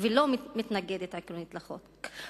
ולא מתנגדת עקרונית לחוק.